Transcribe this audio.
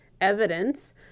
evidence